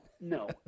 no